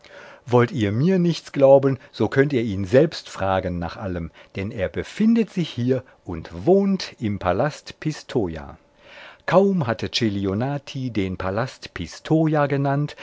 wollt ihr mir nichts glauben so könnt ihr ihn selbst fragen nach allem denn er befindet sich hier und wohnt im palast pistoja kaum hatte celionati den palast pistoja genannt